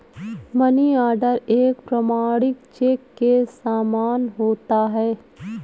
money order एक प्रमाणिक cheque के समान होता है